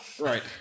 Right